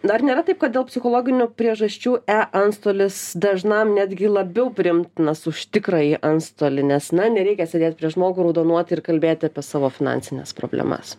na ar nėra taip kad dėl psichologinių priežasčių e antstolis dažnam netgi labiau priimtinas už tikrąjį antstolį nes na nereikia sėdėt prieš žmogų raudonuoti ir kalbėti apie savo finansines problemas